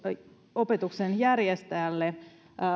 opetuksen järjestäjälle